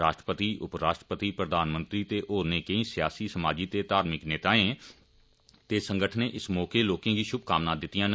राश्ट्रपति उपराश्ट्रपति प्रधानमंत्री ते होरने केंई सियासी समाजी ते धार्मिक नेताएं ते संगठनें इस मौके लोकें गी षुभकामना दित्तियां न